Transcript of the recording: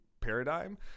paradigm